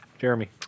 Jeremy